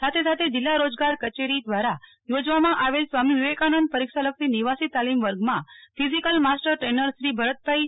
સાથે સાથે જીલ્લા રોજગાર કચેરી દ્વારા યોજવામાં આવેલ સ્વામી વિવેકાનંદ પરીક્ષાલક્ષી નિવાસી તાલીમ વર્ગમાં physical master trainer Shri Bharatbhai જે